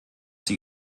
sie